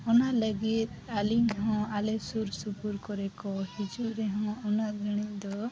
ᱚᱱᱟ ᱞᱟᱹᱜᱤᱫ ᱟᱹᱞᱤᱧ ᱦᱚᱸ ᱟᱞᱮ ᱥᱩᱨ ᱥᱩᱯᱩᱨ ᱠᱚᱨᱮ ᱠᱚ ᱦᱤᱡᱩᱜ ᱨᱮᱦᱚᱸ ᱩᱱᱟᱹᱜ ᱜᱷᱟᱹᱲᱤᱡ ᱫᱚ